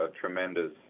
tremendous